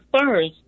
first